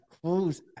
close